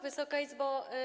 Wysoka Izbo!